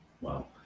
Wow